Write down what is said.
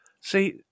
See